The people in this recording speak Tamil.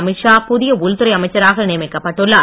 அமீத் ஷா புதிய உள்துறை அமைச்சராக நியமிக்கப்பட்டுள்ளார்